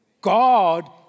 God